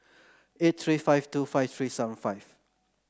eight three five two five three seven five